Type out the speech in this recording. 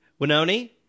winoni